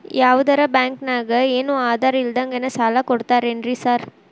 ಯಾವದರಾ ಬ್ಯಾಂಕ್ ನಾಗ ಏನು ಆಧಾರ್ ಇಲ್ದಂಗನೆ ಸಾಲ ಕೊಡ್ತಾರೆನ್ರಿ ಸಾರ್?